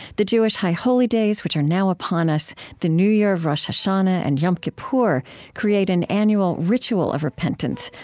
the jewish high holy days, which are now upon us the new year of rosh hashanah and yom kippur create an annual ritual of repentance,